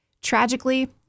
Tragically